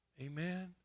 Amen